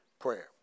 prayer